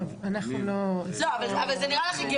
טוב, אנחנו לא -- לא, אבל זה נראה לך הגיוני?